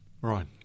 Right